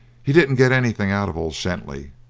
he didn't get anything out of old shenty,